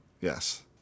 Yes